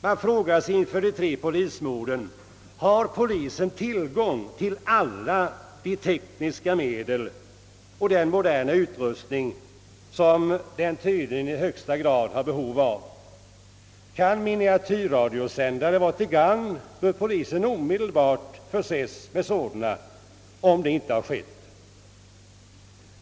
Man frågar sig inför de tre polismorden: Har polisen tillgång till alla de tekniska medel och den moderna utrustning som den tydligen i högsta grad har behov av? Kan miniatyrradiosändare vara till gagn, bör polisen omedelbart förses med sådana, om det inte skett.